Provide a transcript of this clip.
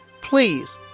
please